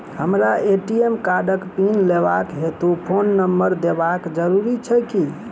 हमरा ए.टी.एम कार्डक पिन लेबाक हेतु फोन नम्बर देबाक जरूरी छै की?